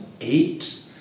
eight